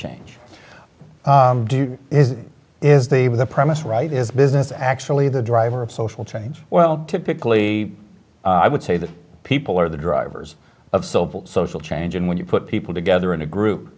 change is they've the premise right is business actually the driver of social change well typically i would say that people are the drivers of self social change and when you put people together in a group